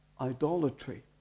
idolatry